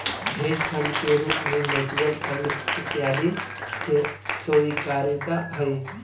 hedge fund के रूप में म्यूच्यूअल फंड इत्यादि के स्वीकार्यता हई